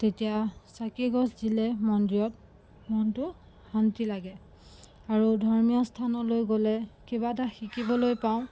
তেতিয়া চাকি এগছ দিলে মন্দিৰত মনটো শান্তি লাগে আৰু ধৰ্মীয় স্থানলৈ গ'লে কিবা এটা শিকিবলৈ পাওঁ